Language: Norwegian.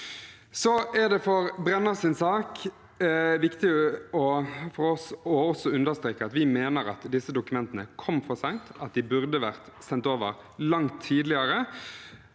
I Brennas sak er det viktig for oss å understreke at vi mener at disse dokumentene kom for sent. De burde vært sendt over langt tidligere.